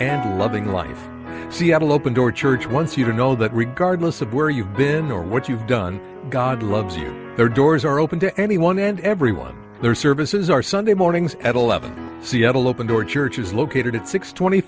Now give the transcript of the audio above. and loving life seattle open door church once you know that regardless of where you've been or what you've done god loves you there are doors are open to anyone and everyone there services are sunday mornings at eleven seattle open door church is located at six twenty